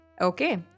Okay